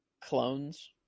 clones